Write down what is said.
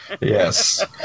Yes